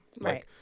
right